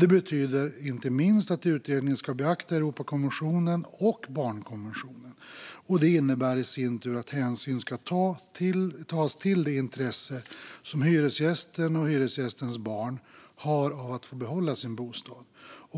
Det betyder inte minst att utredningen ska beakta Europakonventionen och barnkonventionen, vilket i sin tur innebär att hänsyn ska tas till det intresse som hyresgästen och hyresgästens barn har av att få behålla sin bostad.